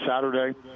Saturday